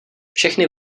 všechny